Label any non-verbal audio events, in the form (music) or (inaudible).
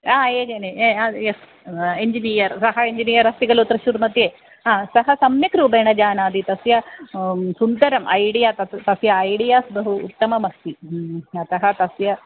हा (unintelligible) S engineer सः engineer अस्ति खलु त्रिशूर् मध्ये हा सः सम्यक् रूपेण जानाति तस्य सुन्दरम् ऐडिया तत् तस्य ऐडियास् बहु उत्तानि अस्ति अतः तस्य